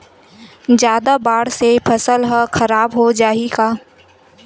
जादा बाढ़ से फसल ह खराब हो जाहि का?